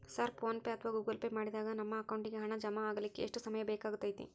Sir PhonePe ಅಥವಾ Google Pay ಮಾಡಿದಾಗ ನಮ್ಮ ಅಕೌಂಟಿಗೆ ಹಣ ಜಮಾ ಆಗಲಿಕ್ಕೆ ಎಷ್ಟು ಸಮಯ ಬೇಕಾಗತೈತಿ?